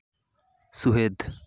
ᱥᱩᱦᱮᱫ